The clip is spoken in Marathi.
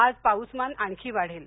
आज पाऊसमान आणखी वाढेल